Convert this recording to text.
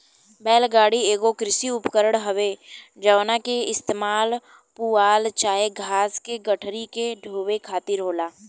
बैल गाड़ी एगो कृषि उपकरण हवे जवना के इस्तेमाल पुआल चाहे घास के गठरी के ढोवे खातिर होला